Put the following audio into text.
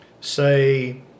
say